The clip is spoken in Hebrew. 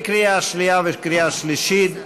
קריאה שנייה וקריאה שלישית.